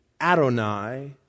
Adonai